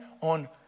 on